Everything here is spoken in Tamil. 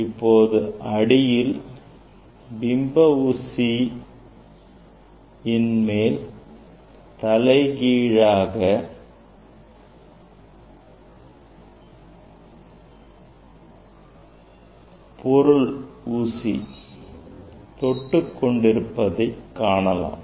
இப்போது ஆடியில் பிம்ப ஊசியின் மேல் தலைகீழாக முதல் ஊசி பொருள் தொட்டுக் கொண்டிருப்பதை காணலாம்